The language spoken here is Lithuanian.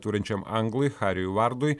turinčiam anglui hariui vardui